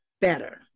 better